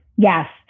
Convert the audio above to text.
Yes